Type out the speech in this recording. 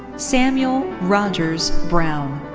samuel rogers brown.